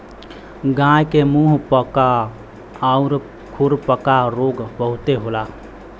गाय के मुंहपका आउर खुरपका रोग बहुते होला